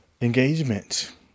engagement